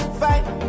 fight